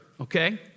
okay